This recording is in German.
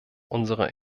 unserer